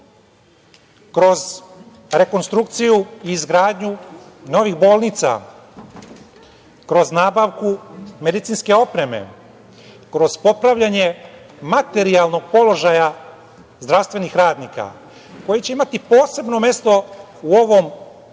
kroz rekonstrukciju i izgradnju novih bolnica, kroz nabavku medicinske opreme, kroz popravljanje materijalnog položaja zdravstvenih radnika, koji će imati posebno mesto u ovom povećanju